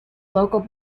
local